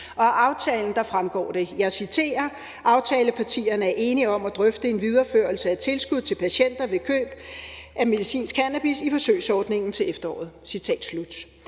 sig. Af aftalen fremgår det: »... aftalepartierne er enige om at drøfte en videreførelse af tilskud til patienter ved køb af medicinsk cannabis i forsøgsordningen til efteråret.«